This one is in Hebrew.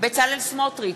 בצלאל סמוטריץ,